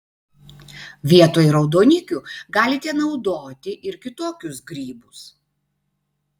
vietoj raudonikių galite naudoti ir kitokius grybus